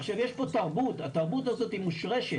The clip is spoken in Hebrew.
עכשיו, יש פה תרבות, התרבות הזאת היא מושרשת.